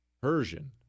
Persian